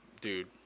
Dude